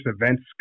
events